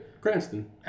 Cranston